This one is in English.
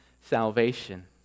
salvation